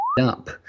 up